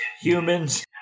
humans